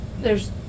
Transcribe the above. There's-